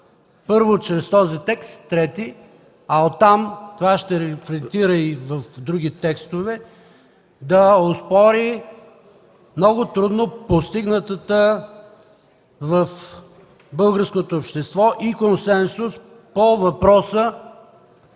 първо, чрез текста на чл. 3, а оттам това ще рефлектира и в други текстове, да оспори много трудно постигнатото в българското общество и консенсус по въпроса